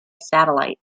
satellite